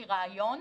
היא רעיון.